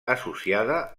associada